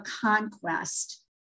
conquest